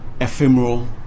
ephemeral